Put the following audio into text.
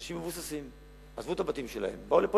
אנשים מבוססים עזבו את הבתים שלהם ובאו לפה,